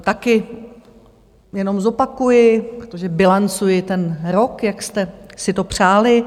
Taky jenom zopakuji, protože bilancuji ten rok, jak jste si to přáli.